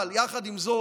אבל יחד עם זאת,